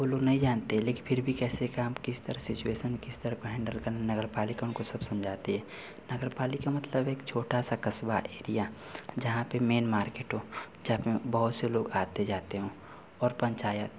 वह लोग नहीं जानते हैं लेकिन फिर भी कैसे काम किस तरह सिचूऐसन किस तरह को हैन्डल करना नगर पालिका उनको सब समझाती है नगर पालिका मतलब एक छोटा सा कस्बा एरिया जहाँ पर मैन मार्केट हो जहाँ पर बहुत से लोग आते जाते हों और पंचायत